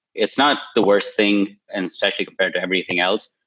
it's not the worst thing and actually compared to everything else,